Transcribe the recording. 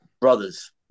brothers